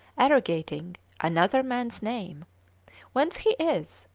arrogating another man's name whence he is,